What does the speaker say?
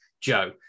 Joe